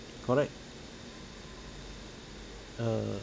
correct err